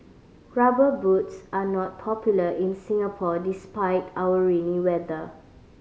Rubber Boots are not popular in Singapore despite our rainy weather